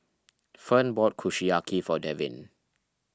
Fern bought Kushiyaki for Devin